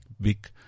big